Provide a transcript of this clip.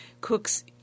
cooks